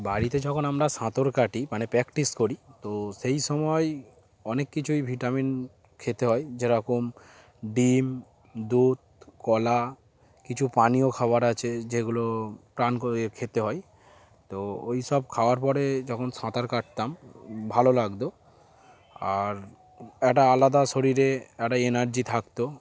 বাড়িতে যখন আমরা সাঁতার কাটি মানে প্র্যাকটিস করি তো সেই সময় অনেক কিছুই ভিটামিন খেতে হয় যেরকম ডিম দুধ কলা কিছু পানীয় খাবার আছে যেগুলো প্রান খেতে হয় তো ওই সব খাওয়ার পরে যখন সাঁতার কাটতাম ভালো লাগত আর একটা আলাদা শরীরে একটা এনার্জি থাকত